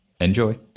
Enjoy